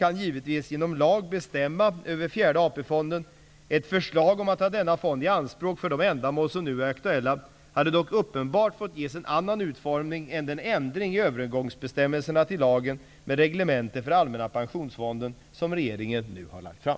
Ett förslag om att ta denna fond i anspråk för de ändamål som nu är aktuella hade dock uppenbart fått ges en annan utformning än den ändring i övergångsbestämmelserna till lagen med reglemente för allmänna pensionsfonden som regeringen nu har lagt fram.